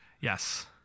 Yes